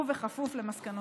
ובכפוף למסקנותיו.